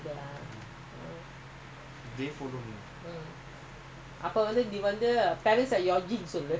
if other situation please please ah control yourself okay behave yourself